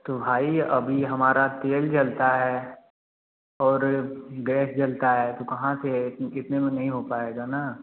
तो भाई अभी हमारा तेल जलता है और गैस जलता है तो कहाँ से इतने में नहीं हो पाएगा ना